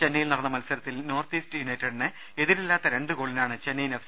ചെന്നൈ യിൽ നടന്ന മത്സരത്തിൽ നോർത്ത് ഈസ്റ്റ് യുണൈറ്റഡിനെ എതിരി ല്ലാത്ത രണ്ട് ഗോളിനാണ് ചെന്നൈയിൻ എഫ്